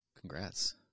Congrats